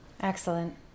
Excellent